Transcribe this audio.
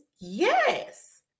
Yes